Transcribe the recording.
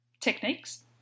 Techniques